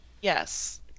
Yes